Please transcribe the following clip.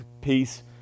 peace